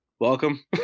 welcome